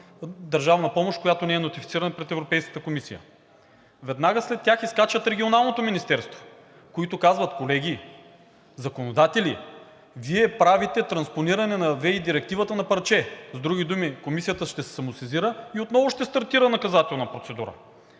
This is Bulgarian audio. държавна помощ, която не е нотифицирана пред Европейската комисия. Веднага след тях изскача Регионалното министерство, които казват: „Колеги законодатели, Вие правите транспониране на ВЕИ директивата на парче.“ С други думи, Комисията ще се самосезира и отново ще стартира наказателна процедура.